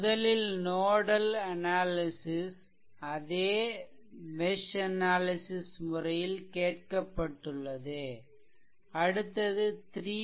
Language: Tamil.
முதலில் நோடல் அனாலிசிஷ் அதே மெஷ் அனாலிசிஷ் முறையில் கேட்கப்பட்டுள்ளது அடுத்தது 3